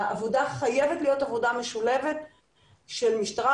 העבודה חייבת להיות עבודה משולבת של משטרה,